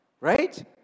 Right